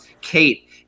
Kate